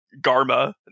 Garma